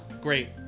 great